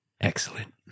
Excellent